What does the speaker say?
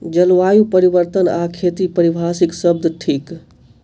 जलवायु परिवर्तन आ खेती पारिभाषिक शब्द थिक